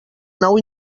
nou